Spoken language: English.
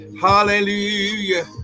Hallelujah